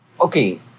Okay